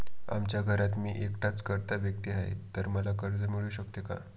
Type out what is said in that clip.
आमच्या घरात मी एकटाच कर्ता व्यक्ती आहे, तर मला कर्ज मिळू शकते का?